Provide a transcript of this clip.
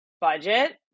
budget